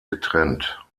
getrennt